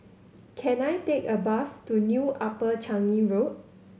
can I take a bus to New Upper Changi Road